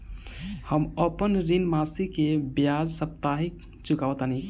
हम अपन ऋण मासिक के बजाय साप्ताहिक चुकावतानी